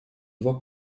два